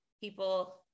People